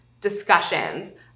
discussions